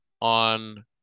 on